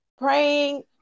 praying